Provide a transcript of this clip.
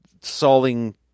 solving